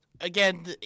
Again